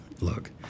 Look